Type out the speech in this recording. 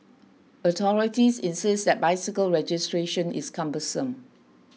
authorities insist that bicycle registration is cumbersome